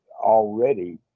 already